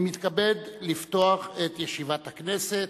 אני מתכבד לפתוח את ישיבת הכנסת.